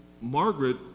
Margaret